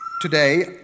today